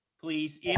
Please